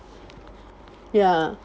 ya